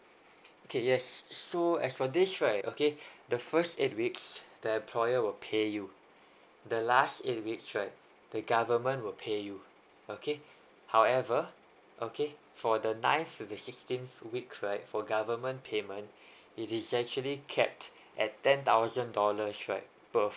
okay yes so as for this right okay the first eight weeks the employer will pay you the last eight weeks right the government will pay you okay however okay for the ninth of the sixteen weeks right for government payment it is actually capped at ten thousand dollar right per